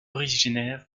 originaire